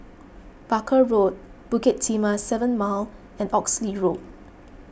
Barker Road Bukit Timah seven Mile and Oxley Road